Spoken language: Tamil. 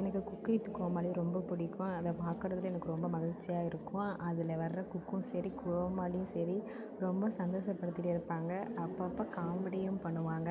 எனக்கு குக் வித் கோமாளி ரொம்ப பிடிக்கும் அதை பாக்கிறதுல எனக்கு ரொம்ப மகிழ்ச்சியாக இருக்கும் அதில் வர குக்கும் சரி கோமாளியும் சரி ரொம்ப சந்தோஷபடுத்திட்டே இருப்பாங்க அப்பப்போ காமெடியும் பண்ணுவாங்க